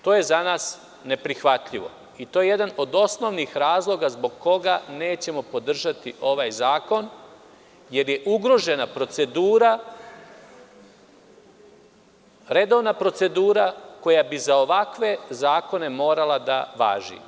To je za nas neprihvatljivo i to je jedan od osnovnih razloga zbog koga nećemo podržati ovaj zakon, jer je ugrožena redovna procedura koja bi za ovakve zakone morala da važi.